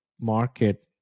market